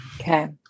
Okay